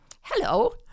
Hello